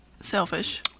selfish